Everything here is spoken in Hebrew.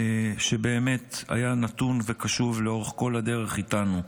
שבאמת היה נתון וקשוב לאורך כל הדרך איתנו.